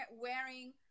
wearing